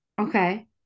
Okay